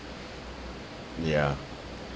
ya